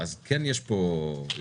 אז כן יש פה אינסנטיב,